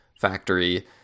factory